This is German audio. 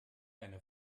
eine